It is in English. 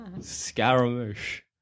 scaramouche